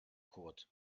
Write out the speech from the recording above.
kurt